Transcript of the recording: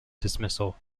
dismissal